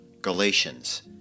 Galatians